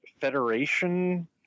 Federation